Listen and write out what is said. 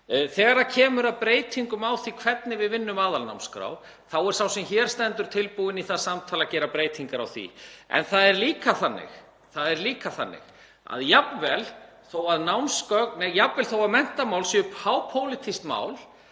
Þegar kemur að breytingum á því hvernig við vinnum aðalnámskrá þá er sá sem hér stendur tilbúinn í samtal um að gera breytingar á því. En það er líka þannig að jafnvel þó að menntamál séu hápólitísk mál